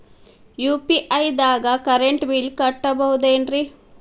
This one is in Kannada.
ಯು.ಪಿ.ಐ ದಾಗ ಕರೆಂಟ್ ಬಿಲ್ ಕಟ್ಟಬಹುದೇನ್ರಿ?